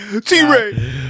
T-Ray